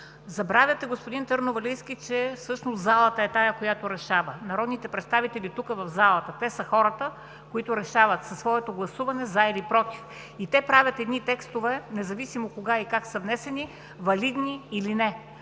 Забравяте, господин Търновалийски, че всъщност залата е тази, която решава. Народните представители тук, в залата, са хората, които решават със своето гласуване „за“ или „против“. Те правят едни текстове, независимо кога и как са внесени, валидни или не.